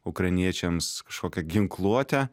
ukrainiečiams kažkokią ginkluotę